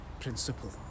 principle